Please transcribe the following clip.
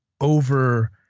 over